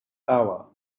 hour